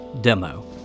demo